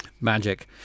Magic